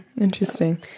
interesting